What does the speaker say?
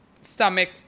stomach